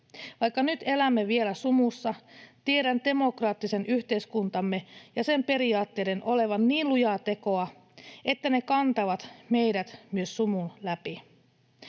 Vaikka nyt elämme vielä sumussa, tiedän demokraattisen yhteiskuntamme ja sen periaatteiden olevan niin lujaa tekoa, että ne kantavat meidät myös sumun läpi.